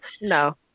no